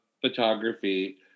photography